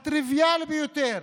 הטריוויאלי ביותר,